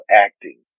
acting